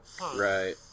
Right